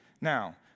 Now